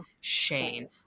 Shane